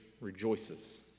rejoices